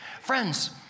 Friends